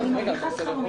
לא באת מוכן.